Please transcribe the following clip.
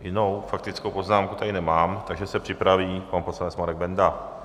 Jinou faktickou poznámku tady nemám, takže se připraví pan poslanec Marek Benda.